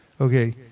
Okay